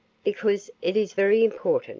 because it's very important.